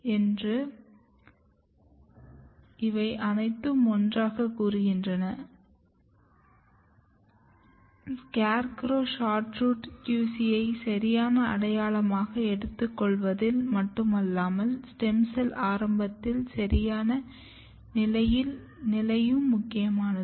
என்று இவை அனைத்தும் ஒன்றாகக் கூறுகின்றன வைப்பதிலும் SCARECROW QC ஐ சரியான அடையாளமாக எடுத்துக்கொள்வதில் மட்டுமல்லாமல் ஸ்டெம் செல் ஆரம்பத்தில் சரியான நிலையில்முக்கியமானது